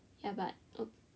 ya but